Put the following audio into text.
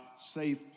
Safe